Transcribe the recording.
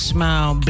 Smile